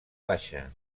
baixa